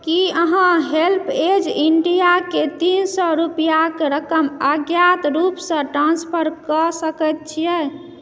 की अहाँ HelpAge India केँ तीन सए रुपियाक रकम अज्ञात रूपसँ ट्रांसफर कऽ सकैत छियै